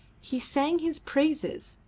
he sang his praises,